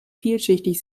vielschichtig